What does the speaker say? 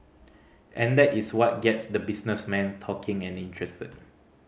and that is what gets the businessmen talking and interested